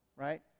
right